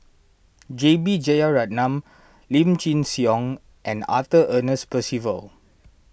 J B Jeyaretnam Lim Chin Siong and Arthur Ernest Percival